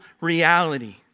reality